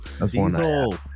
Diesel